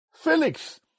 Felix